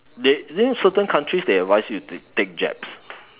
they there are certain countries they advise you to take jabs